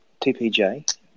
TPJ